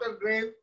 grave